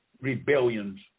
rebellions